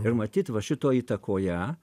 ir matyt va šito įtakoje